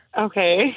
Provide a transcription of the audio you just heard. Okay